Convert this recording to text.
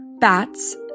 Bats